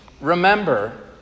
Remember